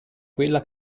quella